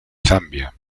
zambia